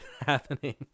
happening